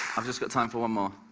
i've just got time for one more.